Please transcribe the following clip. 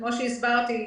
כמו שהסברתי,